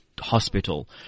hospital